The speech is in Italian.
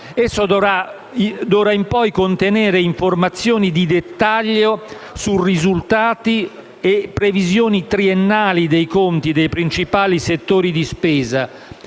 in poi, contenere informazioni di dettaglio su risultati e previsioni triennali dei conti dei principali settori di spesa,